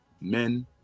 men